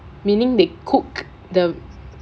meaning they cook the